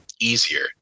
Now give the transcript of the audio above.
easier